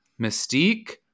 mystique